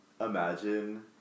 imagine